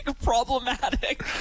problematic